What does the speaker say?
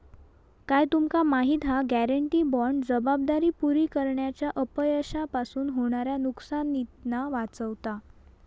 काय तुमका माहिती हा? गॅरेंटी बाँड जबाबदारी पुरी करण्याच्या अपयशापासून होणाऱ्या नुकसानीतना वाचवता